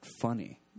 funny